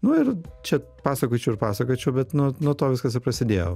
nu ir čia pasakočiau ir pasakočiau bet nu nuo to viskas ir prasidėjo